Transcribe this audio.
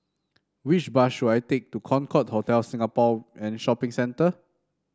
which bus should I take to Concorde Hotel Singapore and Shopping Centre